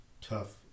tough